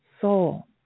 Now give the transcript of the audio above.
soul